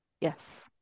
yes